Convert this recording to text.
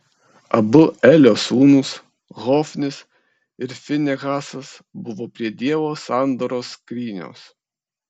abu elio sūnūs hofnis ir finehasas buvo prie dievo sandoros skrynios